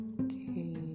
Okay